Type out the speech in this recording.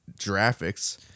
graphics